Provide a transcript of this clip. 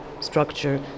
structure